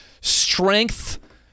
strength